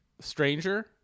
stranger